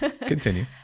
Continue